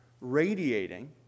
radiating